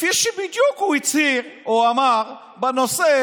כפי שבדיוק הוא הצהיר או אמר בנושא